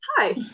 Hi